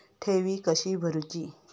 ठेवी कशी भरूची?